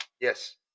Yes